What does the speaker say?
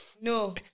no